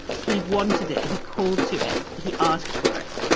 he wanted it he called to it he asked for it,